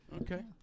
Okay